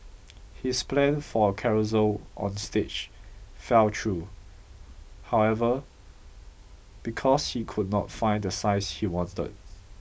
his plan for a carousel on stage fell through however because she could not find the size she wanted